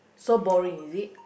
so boring is it